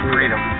Freedom